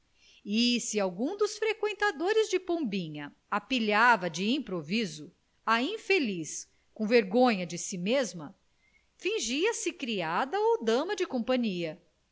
e se algum dos freqüentadores de pombinha a pilhava de improviso a infeliz com vergonha de si mesma fingia se criada ou dama de companhia